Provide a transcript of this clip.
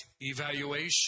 evaluation